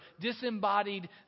disembodied